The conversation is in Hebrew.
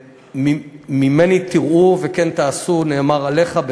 "ממני תראו וכן תעשו", נאמר עליך.